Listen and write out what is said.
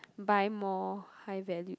buy more high value